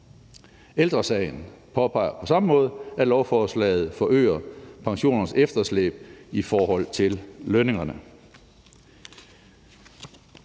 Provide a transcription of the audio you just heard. Ældre Sagen påpeger på samme måde, at lovforslaget forøger pensionernes efterslæb i forhold til lønningerne.